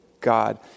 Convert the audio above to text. God